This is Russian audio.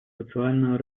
социального